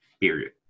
period